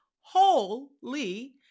holy